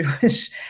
jewish